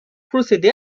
procédé